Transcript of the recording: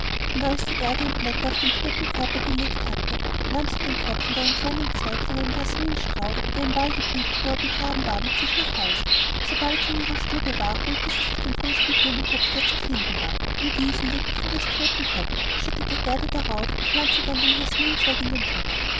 und als sie erde und blätter auf den toten körper gelegt hatte nahm sie den kopf und einen kleinen zweig von dem jasminstrauch der im wald blühte wo er begraben war mit sich nach hause sobald sie in ihrer stube war holte sie sich den größten blumentopf der zu finden war in diesen legte sie des toten kopf schüttete erde darauf und pflanzte dann den jasminzweig in den topf